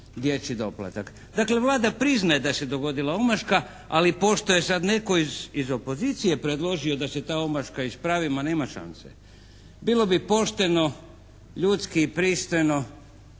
dječji doplatak. Dakle Vlada priznaje da se dogodila omaška ali pošto je sad netko iz opozicije predložio da se ta omaška ispravi ma nema šanse! Bilo bi pošteno, ljudski i pristojno